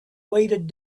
weighted